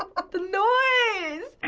ah the noise.